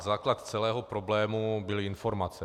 Základ celého problému byly informace.